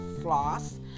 floss